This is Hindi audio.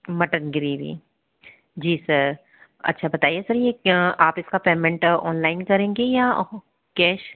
मटन ग्रेवी जी सर अच्छा बताइए सर आप इसका पेमेंट ऑनलाइन करेंगे या कैश